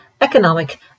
economic